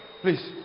please